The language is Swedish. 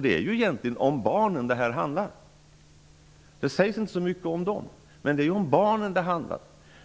Det är ju egentligen om barnen det handlar. Det sägs inte så mycket om dem, men det är ju om barnen det handlar.